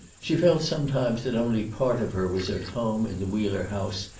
she felt sometimes that only part of her was at home in the wheeler house,